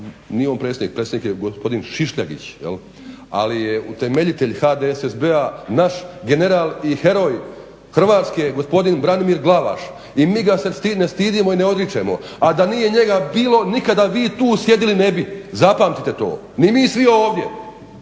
nije on predsjednik, predsjednik je gospodin Šišljagić ali je utemeljitelj HDSSB-a naš general i heroj Hrvatske gospodin Branimir Glavaš i mi ga se ne stidimo i ne odričemo, a da nije njega bilo nikada vi tu sjedili ne bi. Zapamtite to! Ni mi svi ovdje